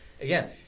again